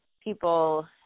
people